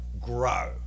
grow